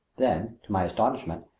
then, to my astonishment,